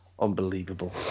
Unbelievable